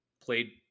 played